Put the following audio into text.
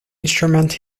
instrument